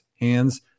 hands